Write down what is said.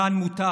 "כאן מותר"